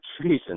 treason